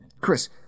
Chris